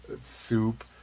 soup